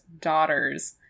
daughters